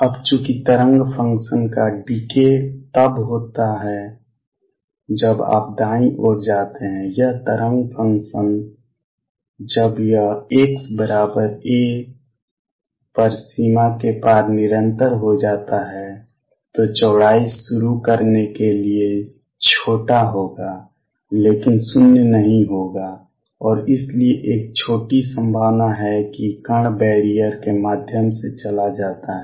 अब चूंकि तरंग फ़ंक्शन का डीके तब होता है जब आप दाईं ओर जाते हैं यह तरंग फ़ंक्शन जब यह x a पर सीमा के पार निरंतर हो जाता है तो चौड़ाई शुरू करने के लिए छोटा होगा लेकिन शून्य नहीं होगा और इसलिए एक छोटी संभावना है कि कण बैरियर के माध्यम से चला जाता है